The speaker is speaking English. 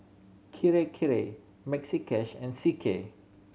Kirei Kirei Maxi Cash and C K